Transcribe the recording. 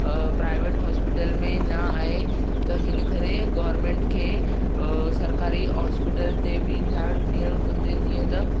private hospital में न आहे त हिन करे गॉवरमेंट खे सरकारी हॉस्पिटल ते बि ध्यानु ॾियणु घुरिजे जीअं त